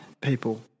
People